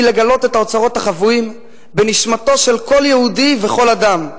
היא לגלות את האוצרות החבויים בנשמתו של כל יהודי וכל אדם.